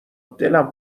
دلم